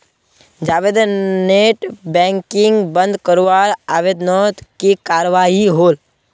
जावेदेर net banking बंद करवार आवेदनोत की कार्यवाही होल?